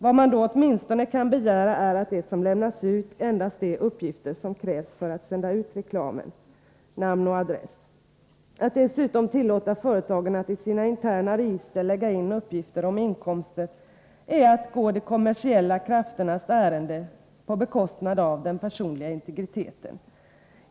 Vad man åtminstone kan begära är att det som då lämnas ut endast är uppgifter som krävs för att sända ut reklamen, dvs. namn och adress. Att dessutom tillåta företagen att i sina interna register lägga in uppgifter om inkomster är att gå de kommersiella krafternas ärenden på bekostnad av den personliga integriteten.